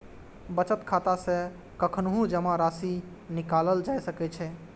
बचत खाता सं कखनहुं जमा राशि निकालल जा सकै छै